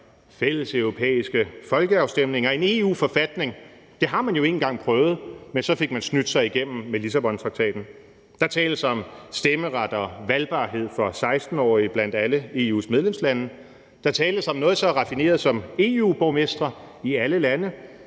fælles europæiske folkeafstemninger og en EU-forfatning. Det har man jo en gang prøvet, men så fik man snydt sig igennem med Lissabontraktaten. Der tales om stemmeret og valgbarhed for 16-årige blandt alle EU's medlemslande, der tales om noget så raffineret som EU-borgmestre i alle lande